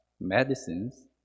medicines